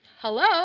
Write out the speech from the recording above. Hello